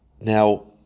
now